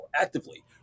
actively